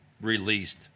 released